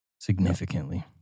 Significantly